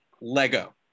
Lego